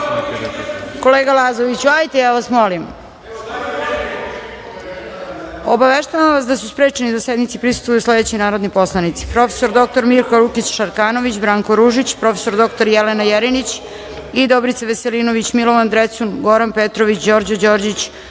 da biste dobili reč. Obaveštavam vas da su sprečeni da sednici prisustvuju sledeći narodni poslanici: prof. dr Mirka Lukić Šarkanović, Branko Ružić, prof. dr Jelena Jerinić, Dobrica Veselinović, Milovan Drecun, Goran Petrović, Đorđo Đorđić,